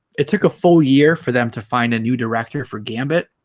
it took a full year for them to find a new director for gambit